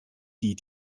die